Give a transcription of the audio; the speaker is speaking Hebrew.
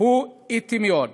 הוא אטי מאוד.